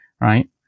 right